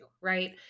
right